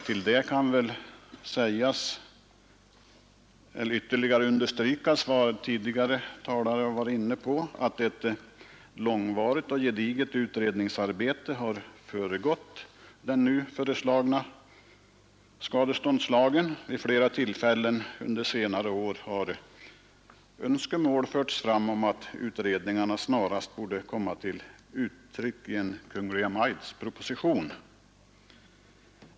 Till det kan väl ytterligare understrykas vad tidigare talare varit inne på, nämligen att ett långvarigt och gediget utredningsarbete har föregått den nu föreslagna skadeståndslagen. Vid flera tillfällen under senare år har önskemål förts fram om att utredningarna snarast borde komma till uttryck i en Kungl. Maj:ts proposition.